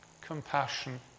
compassion